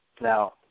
Now